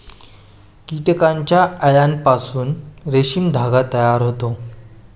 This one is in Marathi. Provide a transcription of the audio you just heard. कीटकांच्या अळ्यांपासून रेशीम धागा तयार होतो